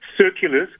circulars